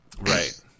Right